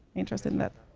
interested in it.